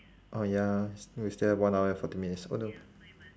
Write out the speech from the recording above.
oh ya we sti~ we still have one hour and forty minutes oh no